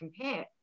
compare